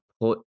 put